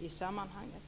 i sammanhanget.